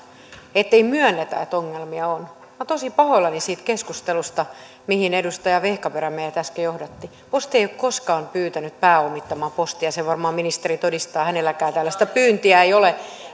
ettei myönnetä että ongelmia on minä olen tosi pahoillani siitä keskustelusta mihin edustaja vehkaperä meidät äsken johdatti posti ei ole koskaan pyytänyt pääomittamaan postia sen varmaan ministeri todistaa hänelläkään tällaista pyyntöä ei ole